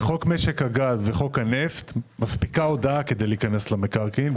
ובחוק הנפט מספיקה הודעה כדי להיכנס למקרקעין,